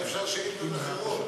אולי אפשר שאילתות אחרות.